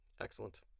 excellent